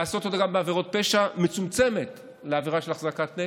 לעשות אותה גם בעבירת פשע מצומצמת, עבירה של החזקת נשק.